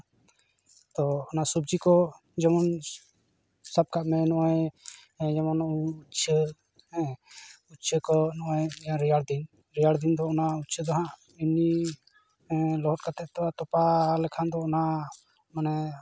ᱛᱚ ᱚᱱᱟ ᱥᱚᱵᱡᱤ ᱠᱚ ᱡᱮᱢᱚᱱ ᱥᱟᱵ ᱠᱟᱜ ᱢᱮ ᱱᱚᱜᱼᱚᱭ ᱡᱮᱢᱚᱱ ᱩᱪᱪᱷᱟᱹ ᱩᱪᱪᱷᱟᱹ ᱠᱚ ᱱᱚᱜᱼᱚᱭ ᱨᱮᱭᱟᱲ ᱫᱤᱱ ᱨᱮᱭᱟᱲ ᱫᱤᱱ ᱫᱚ ᱚᱱᱟ ᱩᱪᱪᱷᱟᱹ ᱫᱚ ᱦᱚᱸᱜ ᱮᱢᱱᱤ ᱞᱚᱦᱚᱫ ᱠᱟᱛᱮ ᱛᱚ ᱛᱚᱯᱟ ᱞᱮᱠᱷᱟᱱ ᱫᱚ ᱚᱱᱟ ᱢᱟᱱᱮ